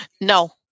No